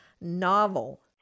novel